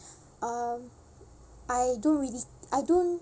um I don't really I don't